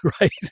right